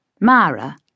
Mara